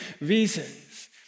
reasons